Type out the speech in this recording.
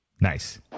Nice